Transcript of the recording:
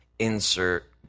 insert